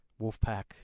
Wolfpack